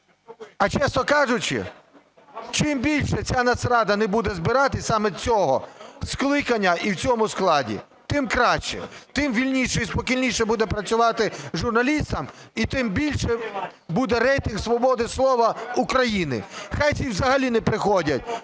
А, чесно кажучи, чим більше ця Нацрада не буде збиратися саме цього скликання і в цьому складі, тим краще, тим вільніше і спокійніше буде працюватись журналістам і тим більше буде рейтинг свободи слова України. Хай ці взагалі не приходять